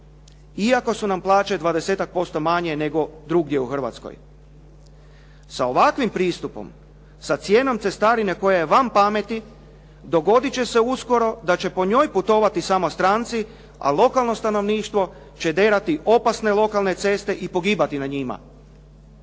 Iako su nam plaće 20% manje nego drugdje u Hrvatskoj. Sa ovakvim pristupom sa cijenom cestarine koja je van pameti, dogodit će se uskoro da će po njoj putovati samo stranci, a lokalno stanovništvo će derati lokalne opasne ceste i pogibati na njima.